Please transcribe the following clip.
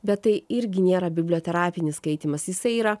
bet tai irgi nėra biblioterapinis skaitymas jisai yra